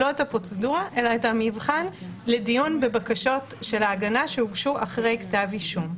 את המבחן לדיון בבקשות של ההגנה שהוגשו אחרי כתב אישום.